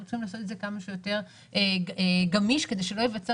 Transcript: אנחנו צריכים לעשות את זה כמה שיותר גמיש כדי שלא ייווצר